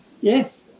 yes